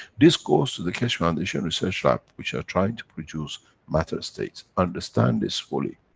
this goes to the keshe foundation research lab, which are trying to produce matter-state, understand this fully.